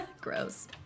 Gross